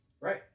Right